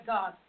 God